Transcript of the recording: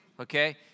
Okay